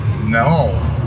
No